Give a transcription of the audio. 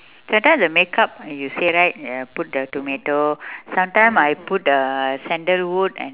just now the makeup you say right uh put the tomato sometime I put the sandalwood and